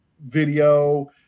video